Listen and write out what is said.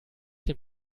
dem